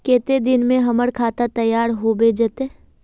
केते दिन में हमर खाता तैयार होबे जते?